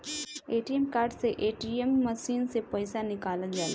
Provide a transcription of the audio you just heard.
ATM card से ATM machine से पईसा निकालल जाला